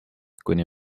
kuni